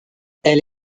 elle